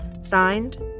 Signed